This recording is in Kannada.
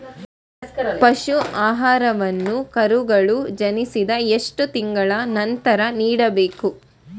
ಪಶು ಆಹಾರವನ್ನು ಕರುಗಳು ಜನಿಸಿದ ಎಷ್ಟು ತಿಂಗಳ ನಂತರ ನೀಡಬೇಕು?